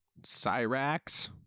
Cyrax